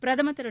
பிரதமர் திரு